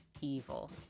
evil